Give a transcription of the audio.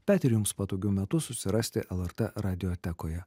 bet ir jums patogiu metu susirasti lrt radiotekoje